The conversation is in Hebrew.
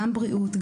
גם בריאות,